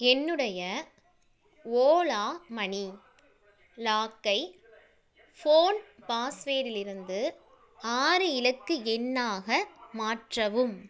என்னுடைய ஓலா மணி லாக்கை ஃபோன் பாஸ்வேர்டில் இருந்து ஆறு இலக்க எண்ணாக மாற்றவும்